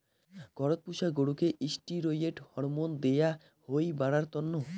ঘরত পুষা গরুকে ষ্টিরৈড হরমোন দেয়া হই বাড়ার তন্ন